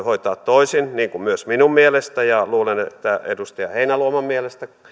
hoitaa toisin niin kuin myös minun mielestäni ja luulen että edustaja heinäluoman mielestä